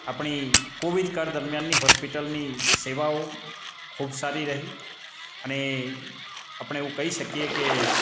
આપણી કોવિડ કાળ દરમ્યાનની હોસ્પિટલની સેવાઓ ખૂબ સારી રહી અને આપણે એવું કહી શકીએ કે